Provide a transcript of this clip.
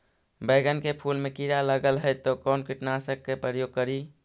बैगन के फुल मे कीड़ा लगल है तो कौन कीटनाशक के प्रयोग करि?